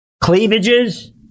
cleavages